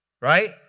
Right